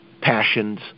passions